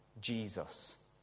Jesus